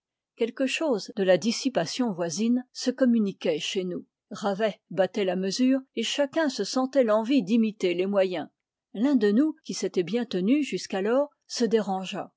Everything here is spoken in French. quelque chose de la dissipation voisine se communiquait chez nous ravet battait la mesure et chacun se sentait l'envie d'imiter les moyens l'un de nous qui s'était bien tenu jusqu'alors se dérangea